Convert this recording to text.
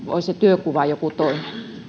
olisi työnkuva joku toinen